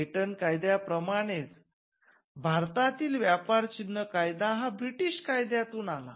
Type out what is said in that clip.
patent कायद्या प्रमाणेच भारतातील व्यापार चिन्ह कायदा हा ब्रिटीश कायद्यातून आला